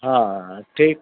ہاں ہاں ہاں ٹھیک